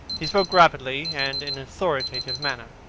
he spoke rapidly and in an authoritative manner.